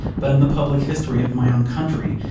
but in the public history of my own country,